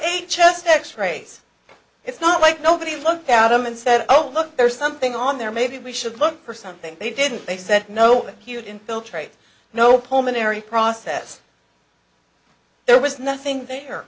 a chest x rays it's not like nobody looked at him and said oh look there's something on there maybe we should look for something they didn't they said no cute infiltrates no pulmonary process there was nothing there